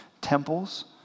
temples